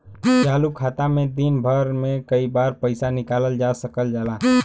चालू खाता में दिन भर में कई बार पइसा निकालल जा सकल जाला